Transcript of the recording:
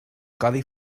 codi